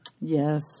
yes